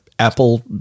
apple